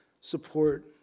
support